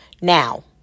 Now